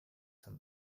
some